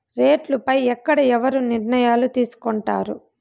రేట్లు పై ఎక్కడ ఎవరు నిర్ణయాలు తీసుకొంటారు?